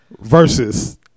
versus